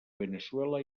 veneçuela